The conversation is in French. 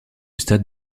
stade